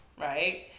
right